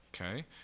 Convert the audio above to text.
Okay